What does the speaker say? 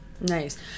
Nice